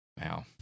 wow